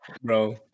bro